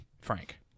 Frank